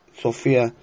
Sofia